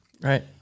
Right